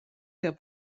der